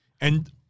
And-